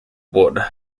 wood